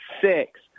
six